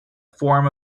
form